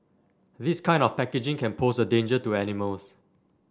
this kind of packaging can pose a danger to animals